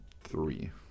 three